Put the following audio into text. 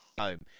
home